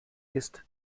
ist